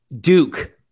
Duke